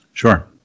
Sure